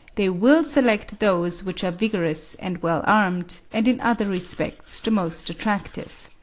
they will select those which are vigorous and well armed, and in other respects the most attractive.